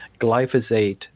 glyphosate